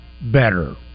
better